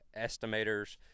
estimators